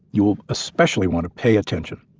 you will especially wanna pay attention.